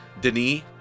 Denis